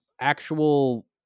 actual